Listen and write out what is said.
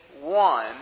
one